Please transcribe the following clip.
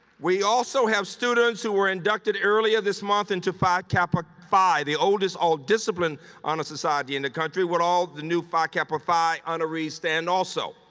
we also have students who were inducted earlier this month into phi kappa phi, the oldest all-discipline discipline honor society in the country. would all the new phi kappa phi honorees stand also.